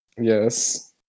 yes